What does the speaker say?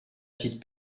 titre